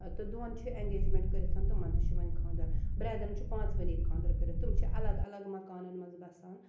تہٕ دۄن چھِ ایٚنٛگیجمنٹ کٔرِتھ تِمَن تہِ چھُ وۄنۍ خانٛدَر بیٚدرَن چھُ پانٛژوٕنی خانٛدَر کٔرِتھ تِم چھِ اَلَگ اَلَگ مَکانَن مَنٛز بَسان